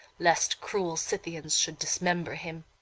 lest cruel scythians should dismember him.